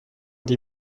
die